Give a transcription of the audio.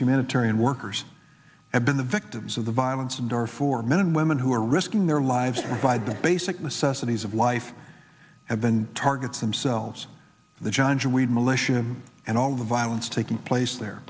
humanitarian workers have been the victims of the violence in darfur men and women who are risking their lives by the basic necessities of life have been targets themselves the johns weed militia and all the violence taking place there